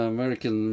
American